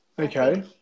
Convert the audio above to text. Okay